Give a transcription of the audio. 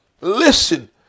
Listen